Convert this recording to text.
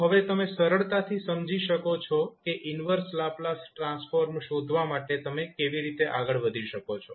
તો હવે તમે સરળતાથી સમજી શકો છો કે ઈન્વર્સ લાપ્લાસ ટ્રાન્સફોર્મ શોધવા માટે તમે કેવી રીતે આગળ વધી શકો છો